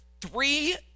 Three